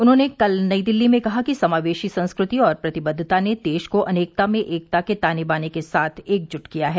उन्होंने कल नई दिल्ली में कहा कि समावेशी संस्कृति और प्रतिबद्वता ने देश को अनेकता में एकता के ताने बाने के साथ एकजुट किया है